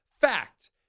Fact